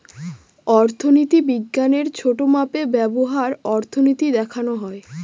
অর্থনীতি বিজ্ঞানের ছোটো মাপে ব্যবহার অর্থনীতি দেখানো হয়